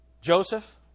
Joseph